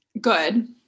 Good